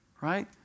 right